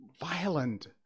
violent